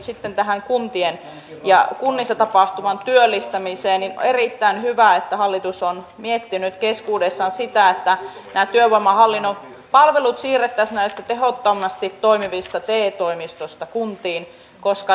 moni kiinnitti huomiota täällä edustaja meri edustaja paloniemi edustaja aalto omalla tavallaan tähän samaan asiaan eli näihin piilotyöpaikkoihin ja kohtaanto ongelmaan ja siihen mitä sille ollaan tekemässä